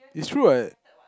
is true what